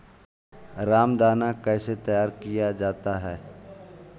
रामदाना कैसे तैयार किया जाता है?